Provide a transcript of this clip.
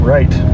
Right